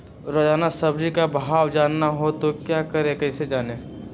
रोजाना सब्जी का भाव जानना हो तो क्या करें कैसे जाने?